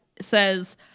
says